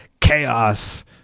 chaos